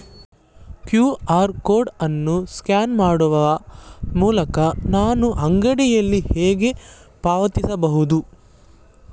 QR code ಅನ್ನು scan ಮಾಡುವ ಮೂಲಕ ನಾನು ಅಂಗಡಿಯಲ್ಲಿ ಹೇಗೆ ಪಾವತಿಸಬಹುದು?